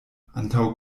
antaŭ